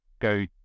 go